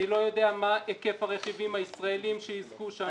אני לא יודע מה ההיקף הרכיבים הישראלים שיזכו שם.